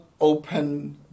open